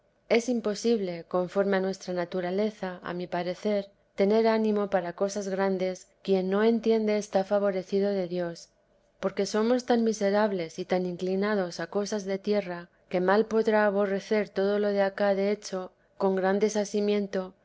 es imposible conforme a nuestra naturaleza a mi parecer tener ánimo para cosas grandes quien no entiende está favorecido de dios porque somos vida de la sama madre tan miserables y tan inclinados a cosas de tierra que mal podrá aborrecer todo lo de acá de hecho con gran desasimiento